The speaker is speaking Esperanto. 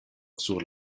sur